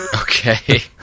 Okay